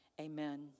amen